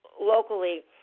locally